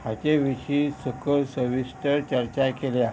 हाचे विशीं सकयल सविस्टर चर्चा केल्या